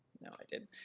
no, i didn't.